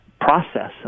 process